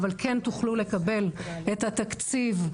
אבל כן תוכלו לקבל את התקציב,